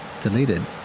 deleted